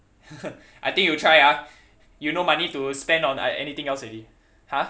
I think you try ah you no money to spend on uh anything else already !huh!